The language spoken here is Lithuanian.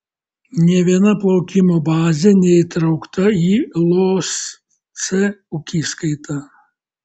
nė viena plaukimo bazė neįtraukta į losc ūkiskaitą